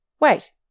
Wait